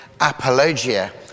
apologia